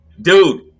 dude